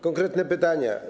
Konkretne pytania.